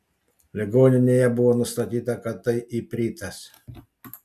ligoninėje buvo nustatyta kad tai ipritas